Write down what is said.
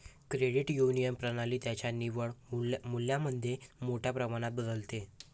credit union प्रणाली त्यांच्या निव्वळ मूल्यामध्ये मोठ्या प्रमाणात बदलते